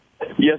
Yes